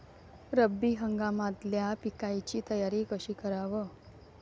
रब्बी हंगामातल्या पिकाइची तयारी कशी कराव?